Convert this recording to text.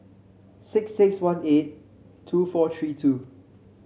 six six one eight two four three two